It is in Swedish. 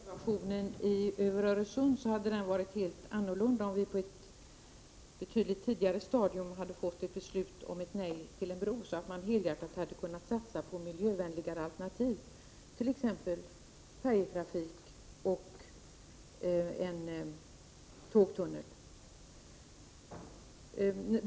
Herr talman! Trafiksituationen vad gäller förbindelserna över Öresund hade varit en helt annan, om vi på ett betydligt tidigare stadium hade fått ett beslut om nej till en bro. Då hade man helhjärtat kunnat satsa på miljövänligare alternativ, t.ex. färjetrafik och en tågtunnel.